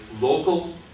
local